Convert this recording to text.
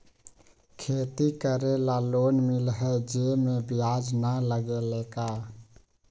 खेती करे ला लोन मिलहई जे में ब्याज न लगेला का?